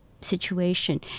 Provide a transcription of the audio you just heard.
situation